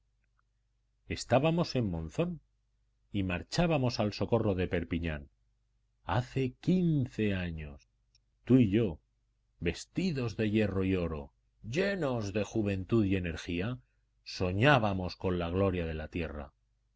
estábamos en monzón y marchábamos al socorro de perpignan hace quince años tú y yo vestidos de hierro y oro llenos de juventud y energía soñábamos con la gloria de la tierra